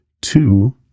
Two